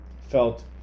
felt